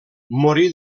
morí